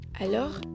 Alors